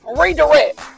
redirect